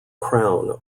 crown